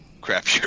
crap